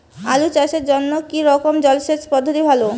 আলু চাষের জন্য কী রকম জলসেচ পদ্ধতি ভালো?